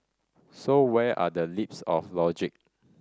so where are the leaps of logic